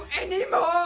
anymore